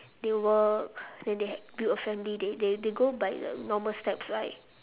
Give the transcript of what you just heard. they work then they ha~ build a family they they they go by the normal steps like